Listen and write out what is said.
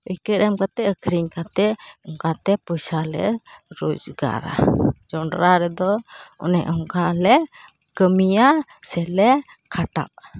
ᱯᱟᱹᱭᱠᱟᱹᱨ ᱮᱢ ᱠᱟᱛᱮ ᱟᱹᱠᱷᱟᱨᱤᱧ ᱠᱟᱛᱮ ᱚᱱᱠᱟ ᱛᱮ ᱯᱚᱭᱥᱟ ᱞᱮ ᱨᱚᱡᱽᱜᱟᱨᱟ ᱡᱚᱱᱰᱨᱟ ᱨᱮᱫᱚ ᱚᱱᱮ ᱚᱱᱠᱟ ᱞᱮ ᱠᱟᱹᱢᱤᱭᱟ ᱥᱮᱞᱮ ᱠᱷᱟᱴᱟᱜᱼᱟ